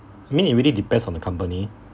I mean it really depends on the company